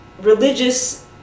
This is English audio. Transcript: religious